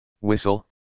whistle